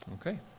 Okay